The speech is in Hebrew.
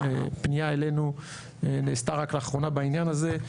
פנייה אלינו נעשתה רק לאחרונה בעניין הזה.